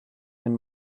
wenn